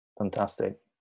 fantastic